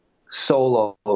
solo